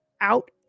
out